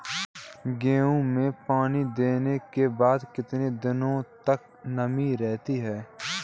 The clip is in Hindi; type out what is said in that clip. गेहूँ में पानी देने के बाद कितने दिनो तक नमी रहती है?